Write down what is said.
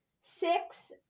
six